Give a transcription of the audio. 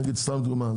לדוגמה,